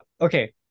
Okay